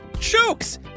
jokes